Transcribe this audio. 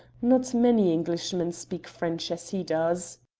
not many englishmen speak french as he does.